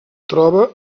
troba